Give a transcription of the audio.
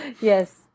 Yes